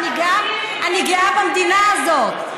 אני גאה במדינה הזאת.